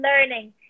learning